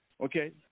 Okay